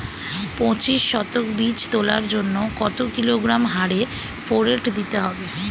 পঁচিশ শতক বীজ তলার জন্য কত কিলোগ্রাম হারে ফোরেট দিতে হবে?